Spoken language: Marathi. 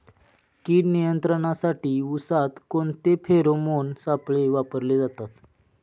कीड नियंत्रणासाठी उसात कोणते फेरोमोन सापळे वापरले जातात?